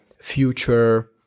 future